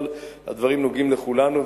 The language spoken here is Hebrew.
הדברים נוגעים לכולנו,